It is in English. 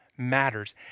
Matters